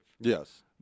Yes